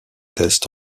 tests